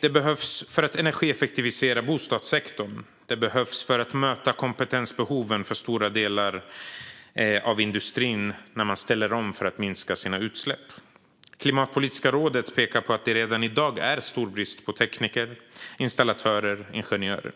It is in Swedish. Det behövs också för att energieffektivisera bostadssektorn och för att möta kompetensbehoven när stora delar av industrin ställer om för att minska sina utsläpp. Klimatpolitiska rådet pekar på att det redan i dag råder stor brist på tekniker, installatörer och ingenjörer.